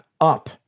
up